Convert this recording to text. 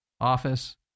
office